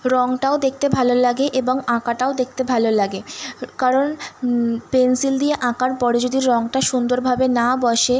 রঙটাও দেখতে ভালো লাগে এবং আঁকাটাও দেখতে ভালো লাগে কারণ পেন্সিল দিয়ে আঁকার পরে যদি রঙটা সুন্দরভাবে না বসে